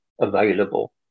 available